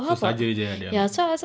so sahaja jer ah dia ambil